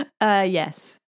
Yes